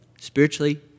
spiritually